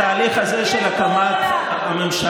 בתהליך הזה של הקמת הממשלה,